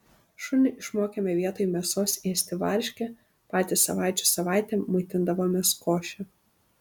šunį išmokėme vietoj mėsos ėsti varškę patys savaičių savaitėm maitindavomės koše